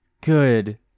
Good